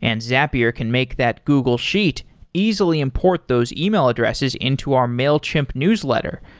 and zapier can make that google sheet easily import those email addresses into our mailchimp newsletter,